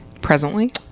Presently